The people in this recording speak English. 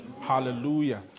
Hallelujah